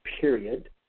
period